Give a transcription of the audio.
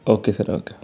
okay sir okay